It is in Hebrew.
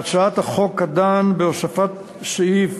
להצעת החוק, הדן בהוספת סעיף